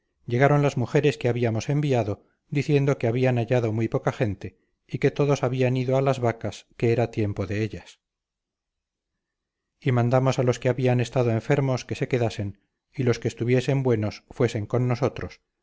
llegaron las mujeres que habíamos enviado diciendo que habían hallado muy poca gente y que todos habían ido a las vacas que era tiempo de ellas y mandamos a los que habían estado enfermos que se quedasen y los que estuviesen buenos fuesen con nosotros